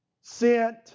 sent